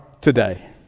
today